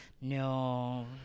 no